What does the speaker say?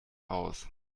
aus